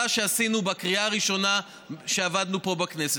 שעשינו בקריאה ראשונה כשעבדנו פה בכנסת.